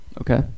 Okay